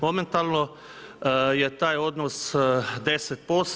Momentalno je taj odnos 10%